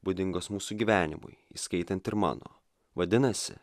būdingos mūsų gyvenimui įskaitant ir mano vadinasi